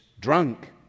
drunk